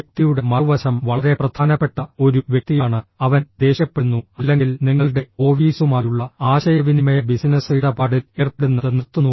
വ്യക്തിയുടെ മറുവശം വളരെ പ്രധാനപ്പെട്ട ഒരു വ്യക്തിയാണ് അവൻ ദേഷ്യപ്പെടുന്നു അല്ലെങ്കിൽ നിങ്ങളുടെ ഓഫീസുമായുള്ള ആശയവിനിമയ ബിസിനസ്സ് ഇടപാടിൽ ഏർപ്പെടുന്നത് നിർത്തുന്നു